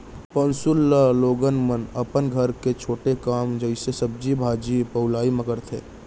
पौंसुल ल लोगन मन अपन घर के छोटे काम जइसे सब्जी भाजी पउलई म करथे